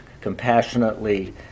compassionately